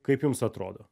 kaip jums atrodo